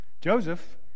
joseph